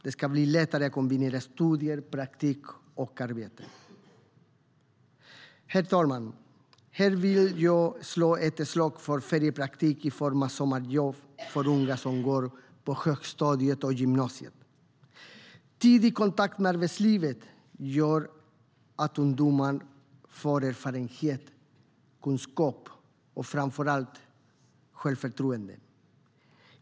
Det ska bli lättare att kombinera studier, praktik och arbete. Herr talman! Här vill jag slå ett slag för feriepraktik i form av sommarjobb för unga som går på högstadiet och gymnasiet. Tidig kontakt med arbetslivet gör att ungdomar får erfarenhet, kunskap och framför allt självförtroende.